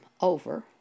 over